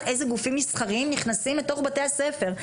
איזה גופים מסחריים נכנסים לתוך בתי הספר.